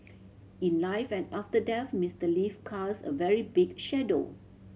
in life and after death Mister Lee cast a very big shadow